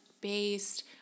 based